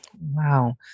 Wow